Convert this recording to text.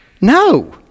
No